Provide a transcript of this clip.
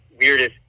weirdest